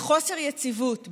לחוסר יציבות ביטחוני,